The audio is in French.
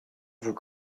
vous